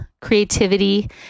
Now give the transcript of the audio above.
creativity